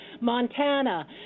Montana